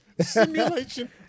Simulation